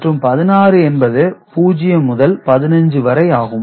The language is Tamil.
மற்றும் 16 என்பது 0 முதல் 15 வரை ஆகும்